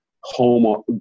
home